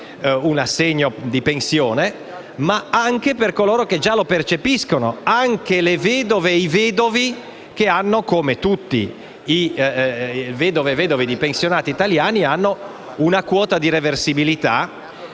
un assegno di pensione, ma anche a coloro che già lo percepiscono, comprese le vedove e i vedovi che, come tutti i vedovi e le vedove di pensionati italiani, hanno una quota di reversibilità,